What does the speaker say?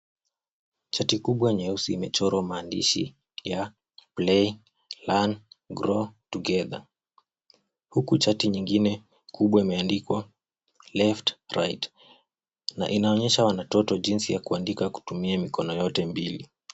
Chati kubwa nyeusi imechorwa maandishi ya, play, learn, grow, together . Huku chati nyingine, kubwa imeandikwa: left, right . Na inaonyesha watoto jinsi ya kuandika kutumia mikono yote mbili.